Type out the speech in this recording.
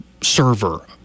server